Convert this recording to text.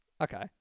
Okay